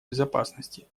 безопасности